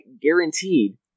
guaranteed